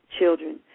children